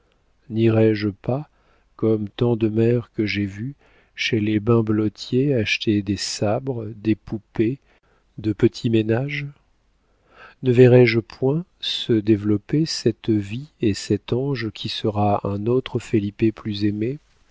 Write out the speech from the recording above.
nirai je pas comme tant de mères que j'ai vues chez les bimbelotiers acheter des sabres des poupées de petits ménages ne verrai-je point se développer cette vie et cet ange qui sera un autre felipe plus aimé